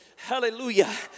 Hallelujah